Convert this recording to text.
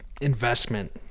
investment